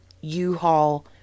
U-Haul